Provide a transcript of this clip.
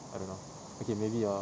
I don't know okay maybe your